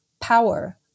power